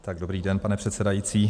Tak dobrý den, pane předsedající.